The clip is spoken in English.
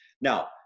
Now